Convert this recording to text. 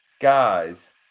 guys